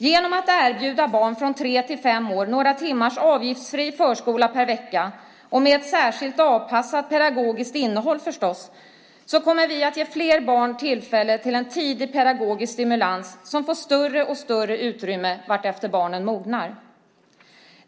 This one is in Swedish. Genom att erbjuda barn från tre till fem år några timmars avgiftsfri förskola per vecka, med ett särskilt avpassat pedagogiskt innehåll förstås, kommer vi att ge fler barn tillgång till en tidig pedagogisk stimulans som får större och större utrymme vartefter barnen mognar.